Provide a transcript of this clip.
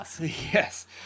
Yes